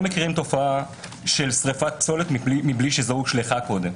מכירים תופעה של שריפת פסולת מבלי שזו הושלכה קודם.